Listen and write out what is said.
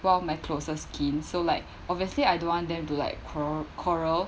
one of my closest kin so like obviously I don't want them to like quarrel quarrel